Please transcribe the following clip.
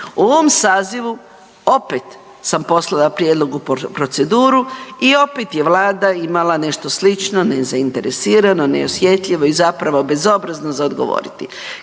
U ovom sazivu opet sam poslala prijedlog u proceduru i opet je Vlada imala nešto slično nezainteresirano, neosjetljivo i zapravo bezobrazno za odgovoriti.